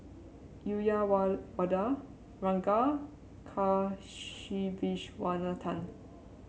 Uyyalawada Ranga Kasiviswanathan